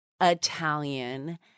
Italian